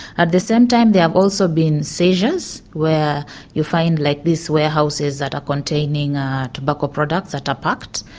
at the same time there have also been seizures where you find like these warehouses that are containing ah tobacco products that are packed.